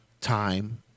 time